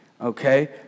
Okay